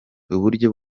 uburyo